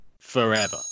Forever